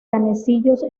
canecillos